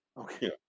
Okay